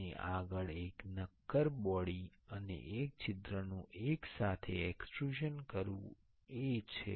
અને આગળ એક નક્કર બોડી અને એક છિદ્રનું એકસાથે એક્સ્ટ્રુઝન કરવુ એ છે